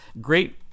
great